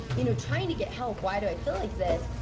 you know trying to get help. why do i feel like this?